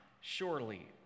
surely